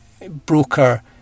broker